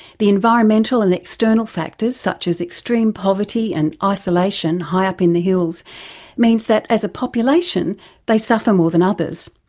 the environmental and external factors such as extreme poverty and isolation high up in the hills means that as a population they suffer more than others.